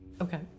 okay